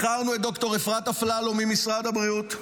בחרנו את ד"ר אפרת אפללו ממשרד הבריאות.